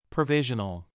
Provisional